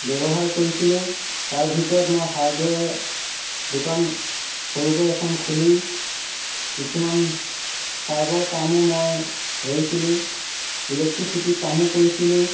ব্যৱসায় কৰিছিলোঁ তাৰ ভিতৰত মই হাৰ্ডৱেৰ দোকান সৰুকৈ এখন খুলি কিছুমান পাইপৰ কামো মই ধৰিছিলোঁ ইলেকট্ৰিচিতি কামো কৰিছিলোঁ